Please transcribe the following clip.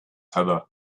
heather